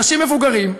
אנשים מבוגרים,